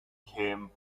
him